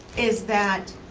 is that